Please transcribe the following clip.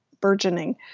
burgeoning